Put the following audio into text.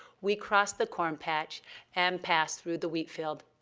we crossed the corn patch and passed through the wheat field.